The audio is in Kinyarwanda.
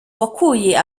wakuye